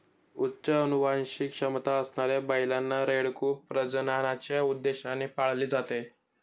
उच्च अनुवांशिक क्षमता असणाऱ्या बैलांना, रेडकू प्रजननाच्या उद्देशाने पाळले जाते